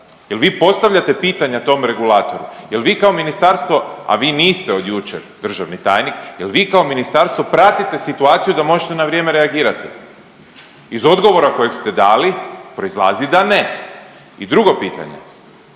jel vi postavljate pitanja tom regulatoru, jel vi kao ministarstvo, a vi niste od jučer državni tajnik, jel vi kao ministarstvo pratite situaciju da možete na vrijeme reagirati. Iz odgovora kojeg ste dali proizlazi da ne. I drugo pitanje